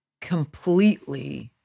completely-